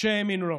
שהאמינו לו.